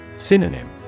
Synonym